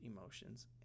emotions